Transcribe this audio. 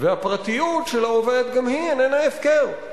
והפרטיות של העובד גם היא איננה הפקר.